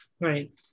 Right